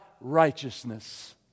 righteousness